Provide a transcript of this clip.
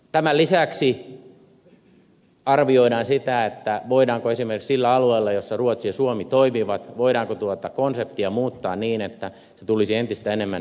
tämän lisäksi arvioidaan sitä voidaanko esimerkiksi sillä alueella jolla ruotsi ja suomi toimivat tuota konseptia muuttaa niin että se tulisi entistä enemmän siviilivetoiseksi